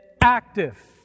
active